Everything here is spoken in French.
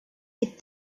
est